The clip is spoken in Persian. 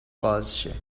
بازشه